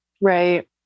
right